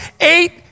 eight